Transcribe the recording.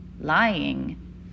lying